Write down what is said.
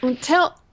Tell